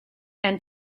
and